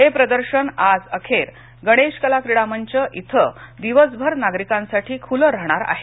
हे प्रदर्शन आजअखेर गणेश कला क्रिडामंच धिं दिवसभर नागरिकांसाठी खुले राहणार आहे